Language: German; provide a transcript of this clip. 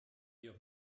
wir